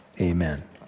amen